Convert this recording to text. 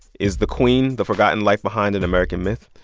is the queen the forgotten life behind an american myth.